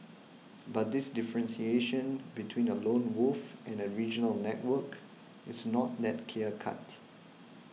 but this differentiation between a lone wolf and a regional network is not that clear cut